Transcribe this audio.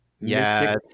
Yes